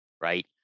Right